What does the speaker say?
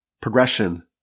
progression